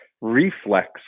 reflex